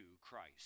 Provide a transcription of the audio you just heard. Christ